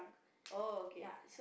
oh okay